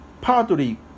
partly